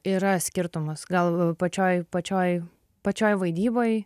yra skirtumas gal pačioj pačioj pačioj vaidyboj